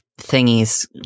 thingies